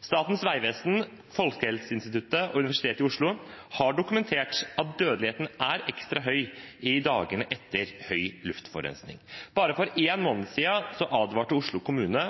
Statens vegvesen, Folkehelseinstituttet og Universitetet i Oslo har dokumentert at dødeligheten er ekstra høy i dagene etter høy luftforurensning. Bare for én måned siden advarte Oslo kommune